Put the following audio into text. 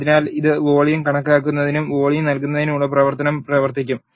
അതിനാൽ ഇത് വോളിയം കണക്കാക്കുന്നതിനും വോളിയം നൽകുന്നതിനുമുള്ള പ്രവർത്തനം പ്രവർത്തിപ്പിക്കും